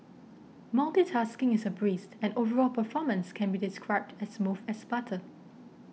multitasking is a breezed and overall performance can be described as smooth as butter